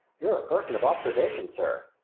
you're a person of observation, sir.